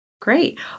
Great